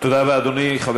תודה רבה, אדוני.